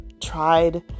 tried